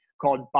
called